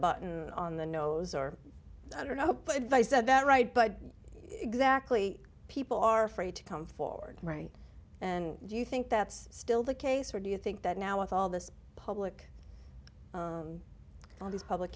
button on the nose or i don't know put if i said that right but exactly people are afraid to come forward right and do you think that's still the case or do you think that now with all this public